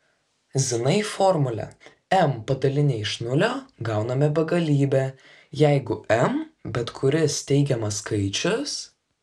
zinai formulę m padalinę iš nulio gauname begalybę jeigu m bet kuris teigiamas skaičius